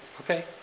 okay